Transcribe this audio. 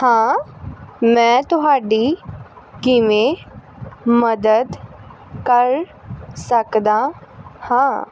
ਹਾਂ ਮੈਂ ਤੁਹਾਡੀ ਕਿਵੇਂ ਮਦਦ ਕਰ ਸਕਦਾ ਹਾਂ